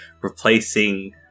replacing